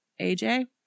AJ